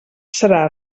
serà